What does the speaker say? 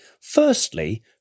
Firstly